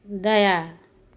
दया